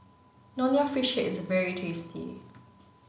Nonya fish head is very tasty